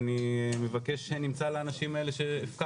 אני רוצה להעלות את הנושא של שומר